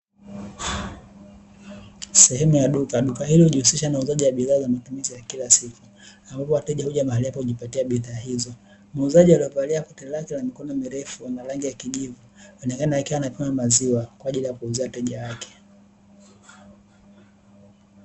Sehemu ya duka. Duka hili hujihusisha na uuzaji wa bidhaa za matumizi ya kila siku na huwa wateja huja mahali hapo kujipatia bidhaa hizo. Muuzaji aliyevalia koti lake la mikono mirefu lenye rangi ya kijivu anaonekana akiwa anapima maziwa kwa ajili ya kuuzia wateja wake.